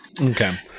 okay